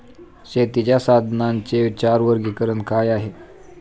शेतीच्या साधनांचे चार वर्गीकरण काय आहे?